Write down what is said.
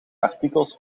artikels